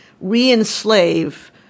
re-enslave